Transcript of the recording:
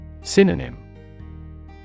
Synonym